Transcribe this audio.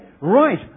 right